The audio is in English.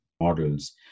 models